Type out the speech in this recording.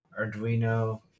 Arduino